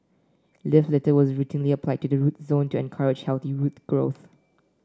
leaf litter was routinely applied to the root zone to encourage healthy root growth